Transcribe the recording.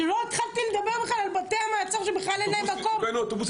ולא התחלתי לדבר על זה שאין מקום בבתי המעצר.